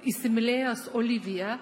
įsimylėjęs oliviją